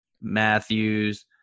Matthews